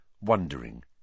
wondering